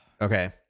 Okay